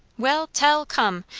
well, tell come!